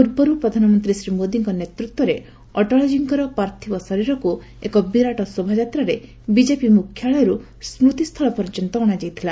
ପୂର୍ବରୁ ପ୍ରଧାନମନ୍ତ୍ରୀ ଶ୍ରୀମୋଦିଙ୍କ ନେତୃତ୍ୱରେ ଅଟଳଜୀଙ୍କର ପାର୍ଥବ ଶରୀରକୁ ଏକ ବିରାଟ ଶୋଭାଯାତ୍ରାରେ ବିଜେପି ମୁଖାଳୟରୁ ସ୍କୃତିସ୍ଥଳ ପର୍ଯ୍ୟନ୍ତ ଅଣାଯାଇଥିଲା